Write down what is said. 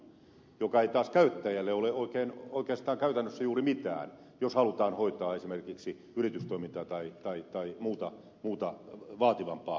se ei taas käyttäjälle ole oikeastaan käytännössä juuri mitään jos halutaan hoitaa esimerkiksi yritystoimintaa tai muuta vaativampaa toimintaa